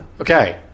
okay